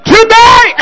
Today